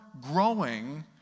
growing